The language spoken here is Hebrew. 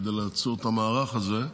כדי לעצור את המערך הזה.